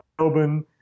Melbourne